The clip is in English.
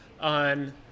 on